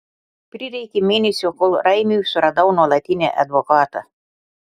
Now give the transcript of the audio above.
prireikė mėnesio kol raimiui suradau nuolatinį advokatą